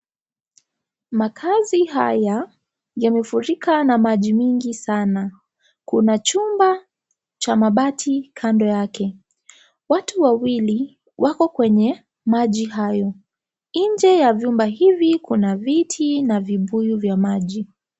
Makazi haya yamefurika na maji mingi sana. Kuna chumba cha mabati kando yake. Watu wawili wako kwenye maji hayo. Nje ya vyumba hivi kuna viti na vibuyu vya maji.